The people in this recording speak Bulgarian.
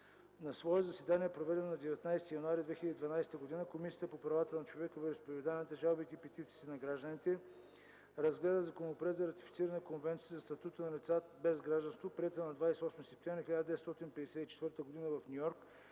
На свое заседание, проведено на 19 януари 2012 г., Комисията по правата на човека, вероизповеданията, жалбите и петициите на гражданите разгледа Законопроект за ратифициране на Конвенцията за статута на лицата без гражданство, приета на 28 септември 1954 г. в Ню Йорк,